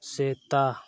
ᱥᱮᱛᱟ